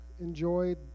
enjoyed